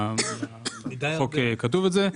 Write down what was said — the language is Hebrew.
בחוק כתוב את זה,